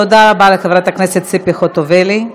תודה רבה לחברת הכנסת ציפי חוטובלי.